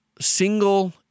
single